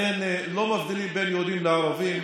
אסונות טבע אכן לא מבדילים בין יהודים לערבים.